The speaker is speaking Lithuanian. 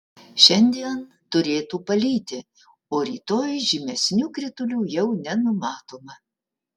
šiandien turėtų palyti o rytoj žymesnių kritulių jau nenumatoma